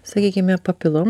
sakykime papilomų